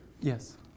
Yes